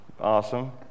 awesome